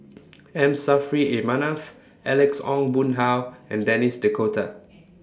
M Saffri A Manaf Alex Ong Boon Hau and Denis D'Cotta